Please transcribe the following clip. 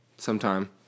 Sometime